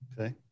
Okay